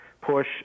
push